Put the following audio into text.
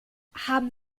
haben